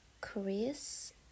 chris